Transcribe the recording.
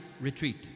retreat